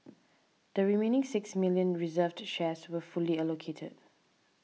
the remaining six million reserved shares were fully allocated